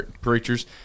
preachers